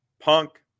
Punk